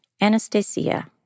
Anastasia